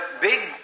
big